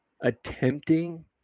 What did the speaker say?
attempting